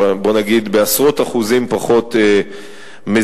בוא נגיד, בעשרות אחוזים פחות מזהם.